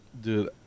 Dude